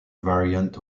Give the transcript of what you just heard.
variant